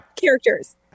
characters